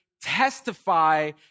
testify